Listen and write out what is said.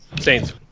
Saints